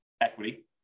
equity